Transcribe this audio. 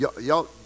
Y'all